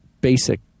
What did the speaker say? basic